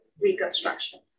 reconstruction